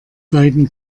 beiden